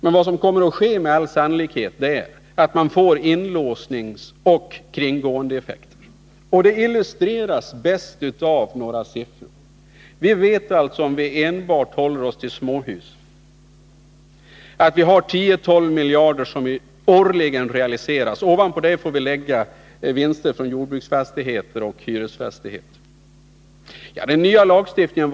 Men vad som med all sannolikhet kommer att ske är att man får inlåsningseffekter och kringgående effekter. Det illustreras bäst av några siffror. Om vi enbart håller oss till småhus, vet vi att realisationsvinsterna är 10-12 miljarder kronor årligen. Ovanpå det får vi lägga vinster från jordbruksfastigheter och hyresfastigheter. Vad kan den nya lagstiftningen ge?